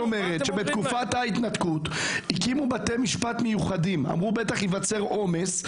בתקופת ההתנתקות הקימו בתי משפט מיוחדים כי אמרו שבטח ייווצר עומס.